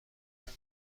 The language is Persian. بنده